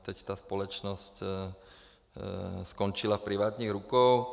Teď ta společnost skončila v privátních rukou.